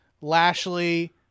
Lashley